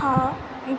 हा